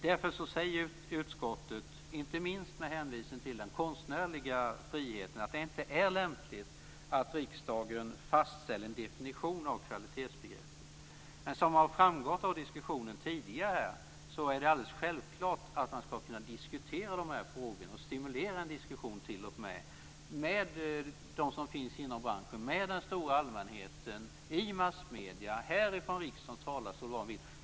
Därför säger utskottet, inte minst med hänvisning till den konstnärliga friheten, att det inte är lämpligt att riksdagen fastställer en definition av kvalitetsbegreppet. Som har framgått av diskussionen tidigare är det självklart att man ska kunna diskutera de här frågorna, och t.o.m. stimulera en diskussion, med dem som finns inom branschen, med den stora allmänheten, i massmedierna, här i riksdagens talarstol osv.